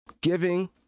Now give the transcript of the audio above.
giving